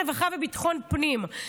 רווחה וביטחון פנים,